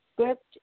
script